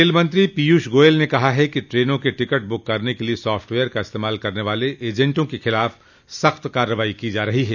रेलमंत्रो पीयूष गोयल ने कहा है कि ट्रेनों के टिकट बक करने के लिए सॉफ्टवेयर का इस्तेमाल करने वाले एजेंटों के खिलाफ सख्त कार्रवाई की जा रही है